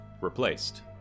replaced